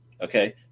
Okay